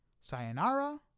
Sayonara